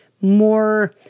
more